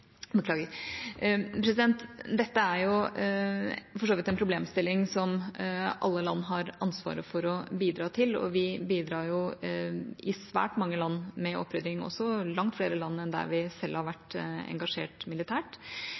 Dette er for så vidt en problemstilling som alle land har ansvar for å bidra til å løse, og vi bidrar med opprydding i svært mange land, langt flere land enn der vi selv har vært engasjert militært.